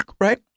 right